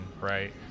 right